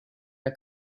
der